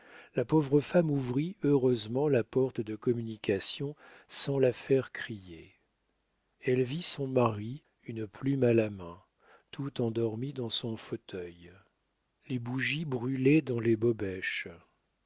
la pauvre femme ouvrit heureusement la porte de communication sans la faire crier elle vit son mari une plume à la main tout endormi dans son fauteuil les bougies brûlaient dans les bobèches